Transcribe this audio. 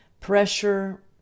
pressure